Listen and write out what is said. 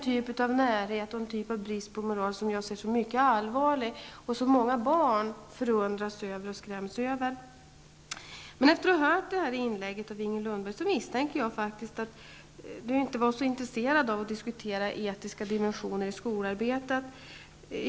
Det är en typ av brist på moral som jag tycker är mycket allvarlig och som många barn förundras över och skräms av. Efter att ha hört Inger Lundbergs inlägg misstänker jag att hon inte är så intresserad av att diskutera etiska dimensioner i skolarbetet.